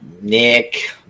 Nick